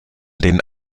den